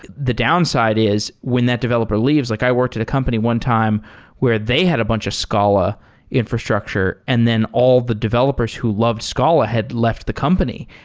the downside is when that developer leaves like i worked at a company one time where they had a bunch of scala infrastructure and then all the developers who love scala had left the company.